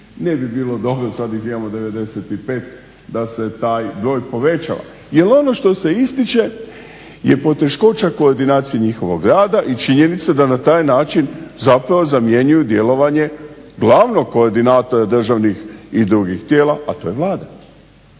Ne bi bilo dobro, sad ih imamo 95, da se taj broj povećava. Jer ono što se ističe je poteškoća koordinacije njihovog rada i činjenica da na taj način zapravo zamjenjuju djelovanje glavnog koordinatora državnih i drugih tijela, a to je Vlada.